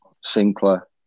Sinclair